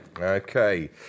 Okay